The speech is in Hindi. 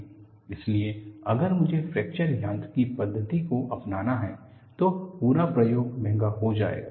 इसलिए अगर मुझे फ्रैक्चर यांत्रिकी पद्धति को अपनाना है तो पूरा प्रयोग महंगा हो जाएगा